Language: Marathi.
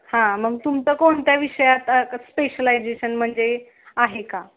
हां मग तुमचं कोणत्या विषयात स्पेशलायजेशन म्हणजे आहे का